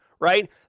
right